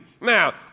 Now